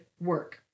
work